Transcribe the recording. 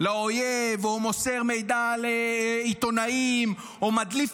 לאויב או מוסר מידע לעיתונאים או מדליף